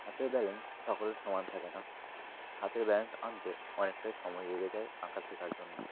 হাতের ব্যালেন্স সকলের সমান থাকে না হাতের ব্যালেন্স আনতে অনেকটাই সময় লেগে যায় আঁকা শেখার জন্য